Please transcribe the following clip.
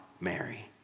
Mary